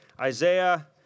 Isaiah